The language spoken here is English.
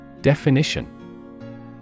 Definition